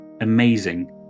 amazing